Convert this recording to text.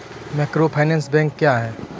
Microfinance bank क्या हैं?